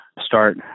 start